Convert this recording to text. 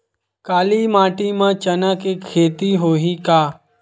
काली माटी म चना के खेती होही का?